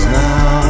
now